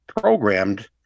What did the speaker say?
programmed